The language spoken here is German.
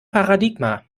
paradigma